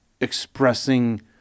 expressing